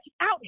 out